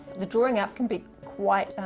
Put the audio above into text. the drawing out can be quite